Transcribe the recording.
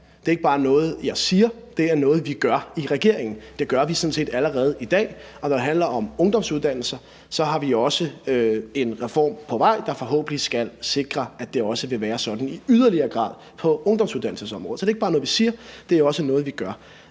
Det er ikke bare noget, jeg siger; det er noget, vi gør i regeringen. Det gør vi sådan set allerede i dag, og når det handler om ungdomsuddannelser, har vi også en reform på vej, der forhåbentlig skal sikre, at det også i yderligere grad vil være sådan på ungdomsuddannelsesområdet. Så det er ikke bare noget, vi siger; det er også noget, vi gør.